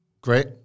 Great